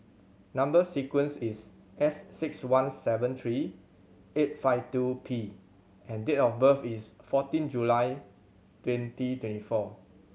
number sequence is S six one seven three eight five two P and date of birth is fourteen July twenty twenty four